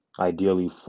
ideally